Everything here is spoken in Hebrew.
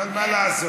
אבל מה לעשות,